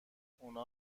اونا